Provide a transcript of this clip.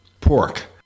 pork